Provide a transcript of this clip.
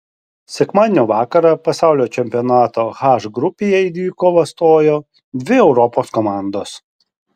sekmadienio vakarą pasaulio čempionato h grupėje į dvikovą stojo dvi europos komandos